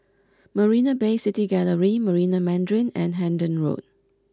Marina Bay City Gallery Marina Mandarin and Hendon Road